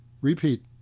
repeat